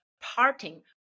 parting